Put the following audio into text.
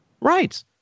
Right